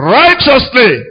righteously